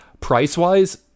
Price-wise